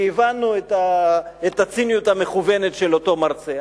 כי הבנו את הציניות המכוונת של אותו מרצה.